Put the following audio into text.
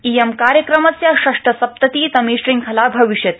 इयं कार्यक्रमस्य षड्सप्ततितमी श्रृंखला भविष्यति